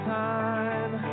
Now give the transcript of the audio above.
time